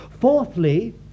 Fourthly